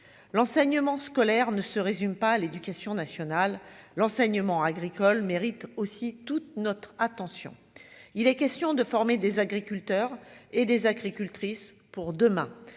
l'enseignement scolaire ne se résume pas à l'éducation nationale, l'enseignement agricole mérite aussi toute notre attention, il est question de former des agriculteurs et des agricultrices pour demain,